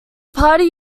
party